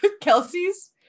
Kelsey's